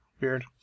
Weird